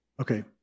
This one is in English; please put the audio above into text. Okay